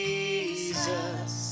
Jesus